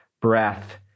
breath